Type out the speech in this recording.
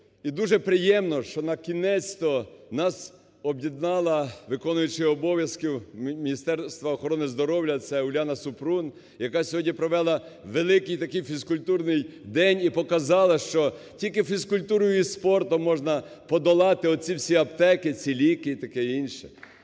І дуже приємно, що накінець-то нас об'єднала виконуючий обов'язки Міністерства охорони здоров'я це Уляна Супрун, яка сьогодні провела великий такий фізкультурний день і показала, що тільки фізкультурою і спортом можна подолати оці всі аптеки, ці ліки і таке інше,